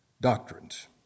doctrines